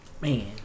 Man